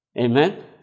Amen